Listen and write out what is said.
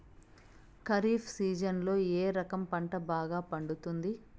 ఖరీఫ్ సీజన్లలో ఏ రకం పంట బాగా పండుతుంది